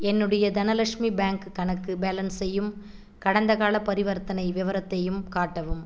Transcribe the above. என்னுடைய தனலக்ஷ்மி பேங்க் கணக்கு பேலன்ஸையும் கடந்தகால பரிவர்த்தனை விவரத்தையும் காட்டவும்